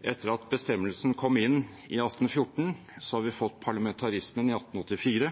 etter at bestemmelsen kom inn i 1814, har fått parlamentarismen i 1884,